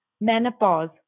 menopause